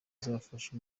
zafashe